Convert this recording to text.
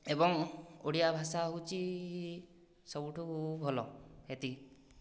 ଏବଂ ଓଡ଼ିଆ ଭାଷା ହେଉଛି ସବୁଠାରୁ ଭଲ ଏତିକି